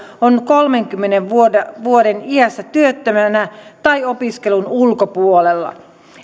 on kolmenkymmenen vuoden vuoden iässä työttömänä tai opiskelun ulkopuolella